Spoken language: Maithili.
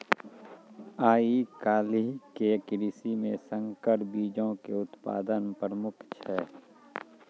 आइ काल्हि के कृषि मे संकर बीजो के उत्पादन प्रमुख छै